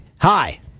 hi